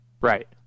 right